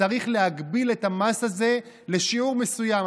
צריך להגביל את המס הזה לשיעור מסוים.